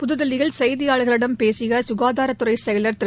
புதுதில்லியில் செய்தியாளர்களிடம் பேசிய புகாதாரத்துறை செயலர் திரு